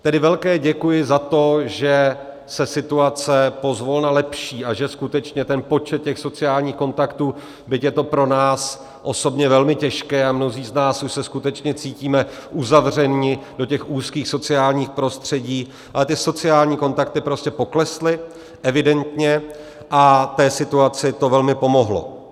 Tedy velké děkuji za to, že se situace pozvolna lepší a že skutečně počet sociálních kontaktů, byť je to pro nás osobně velmi těžké a mnozí z nás už se skutečně cítíme uzavřeni do úzkých sociálních prostředí, ale ty sociální kontakty prostě poklesly evidentně a té situaci to velmi pomohlo.